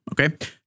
Okay